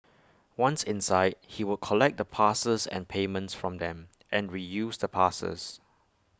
once inside he would collect the passes and payments from them and reuse the passes